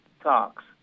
talks